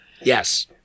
Yes